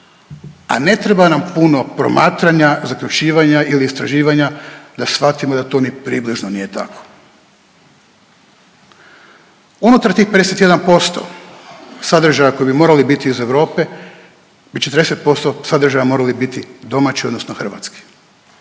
a ne treba nam puno promatranja, zaključivanja ili istraživanja da svatimo da to ni približno nije tako. Unutar tih 51% sadržaja koji bi morali biti iz Europe bi 40% sadržaja moralo biti domaće odnosno hrvatski,